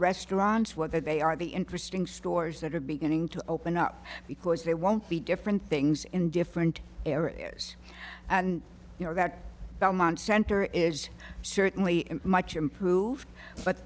restaurants whether they are the interesting stores that are beginning to open up because they won't be different things in different areas and you know that belmont center is certainly much improved but